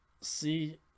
see